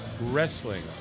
Wrestling